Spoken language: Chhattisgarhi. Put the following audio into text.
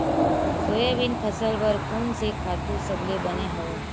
सोयाबीन फसल बर कोन से खातु सबले बने हवय?